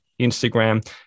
Instagram